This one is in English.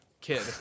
kid